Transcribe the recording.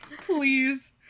Please